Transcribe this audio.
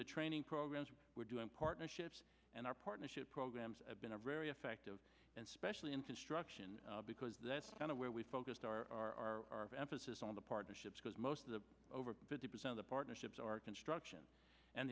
the training programs we're doing partnerships and our partnership programs have been a very effective and especially in construction because that's kind of where we focused our emphasis on the partnerships because most of the over fifty percent of partnerships are construction and